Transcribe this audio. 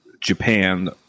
Japan